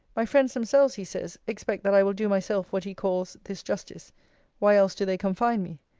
my friends themselves, he says, expect that i will do myself what he calls, this justice why else do they confine me?